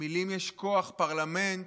למילים יש כוח, פרלמנט,